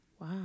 Wow